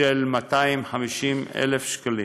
250,000 ש"ח.